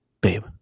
Babe